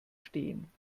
stehen